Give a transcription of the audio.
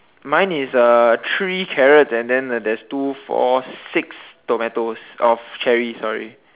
mine is uh three carrots and then there's two four six tomatoes or cherries sorry